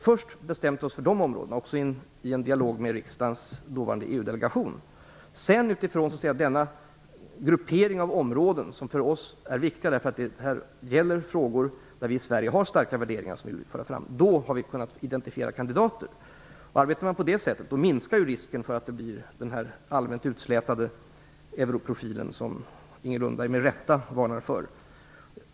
Först har vi bestämt oss för de områdena, i en dialog med riksdagens dåvarande EU delegation. Utifrån denna gruppering av områden, som för oss är viktiga därför att det gäller frågor där vi i Sverige har starka värderingar som vi vill föra fram, har vi kunnat identifiera kandidater. Arbetar man på det sättet minskar risken för att det blir den allmänt utslätade europrofilen Inger Lundberg med rätta varnar för.